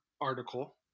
article